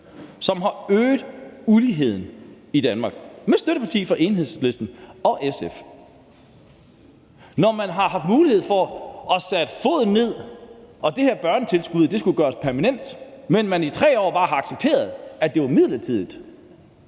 som har øget uligheden i Danmark. Det er sket med støtte fra Enhedslisten og SF. Man har haft mulighed for at sætte foden ned – og det her børnetilskud skulle gøres permanent – men i 3 år har man bare accepteret, at det var midlertidigt.